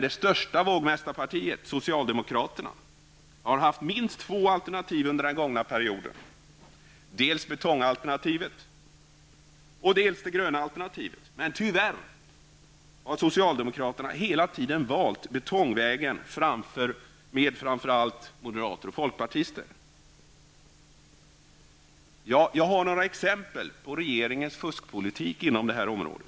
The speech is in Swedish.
Det största vågmästarpartiet, socialdemokraterna, har haft minst två alternativ under den gångna perioden, dels betongalternativtet, dels det gröna alternativet. Men tyvärr har socialdemokraterna hela tiden valt betongvägen framför allt med moderater och fokpartister. Jag har några exempel på regeringens fuskpolitik inom detta område.